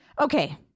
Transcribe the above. Okay